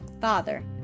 Father